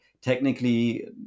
Technically